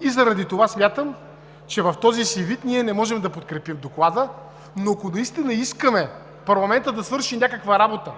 и заради това смятам, че в този му вид ние не можем да го подкрепим. Ако наистина искаме парламентът да свърши някаква работа